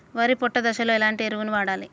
వరి పొట్ట దశలో ఎలాంటి ఎరువును వాడాలి?